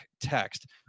text